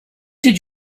did